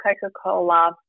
Coca-Cola